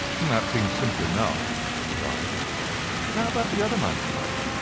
that seems simple enough, said i but how about the other man's height?